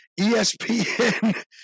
ESPN